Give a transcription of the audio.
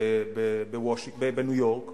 בניו-יורק,